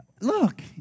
look